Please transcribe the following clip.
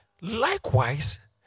likewise